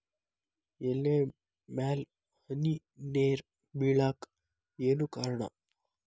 ಎಲೆ ಮ್ಯಾಲ್ ಹನಿ ನೇರ್ ಬಿಳಾಕ್ ಏನು ಕಾರಣ?